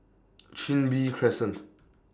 Chin Bee Crescent